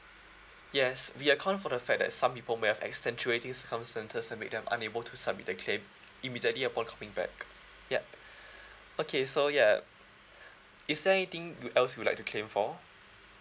yes we account for the fact that some people may have extenuating circumstances that make them unable to submit their claim immediately upon coming back ya okay so yeah is there anything you else you'd like to claim for